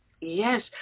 Yes